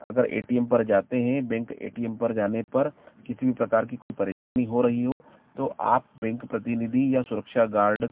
अगर A T M पर जाते हैं बैंक ए टी एम पर जाने पर किसी भी प्रकार की कोई परेशानी हो रही हो तो आप बैंक प्रतिनिधि या सुरक्षा गार्ड